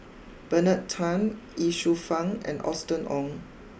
Bernard Tan Ye Shufang and Austen Ong